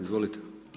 Izvolite.